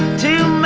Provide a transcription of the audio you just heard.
to